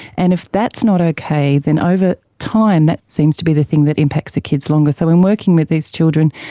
and if that's not okay, then over time that seems to be the thing that impacts the kids longer. so when working with these children,